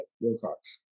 Wilcox